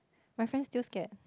my friend still scared